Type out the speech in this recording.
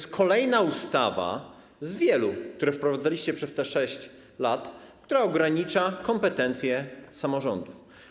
To kolejna ustawa - z wielu, które wprowadzaliście przez te 6 lat - która ogranicza kompetencje samorządów.